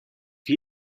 wir